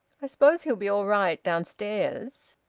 i suppose he'll be all right, downstairs?